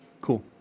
cool